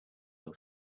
are